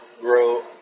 grow